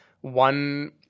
one